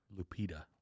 Lupita